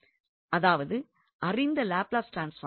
அதாவது அறிந்த லாப்லஸ் ட்ரான்ஸ்பார்மிற்கு